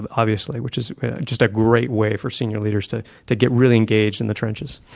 but obviously, which is just a great way for senior leaders to to get really engaged in the trenches.